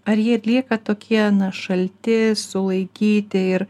ar jie ir lieka tokie šalti sulaikyti ir